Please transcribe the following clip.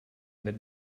that